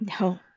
No